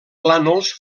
plànols